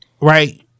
right